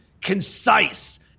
concise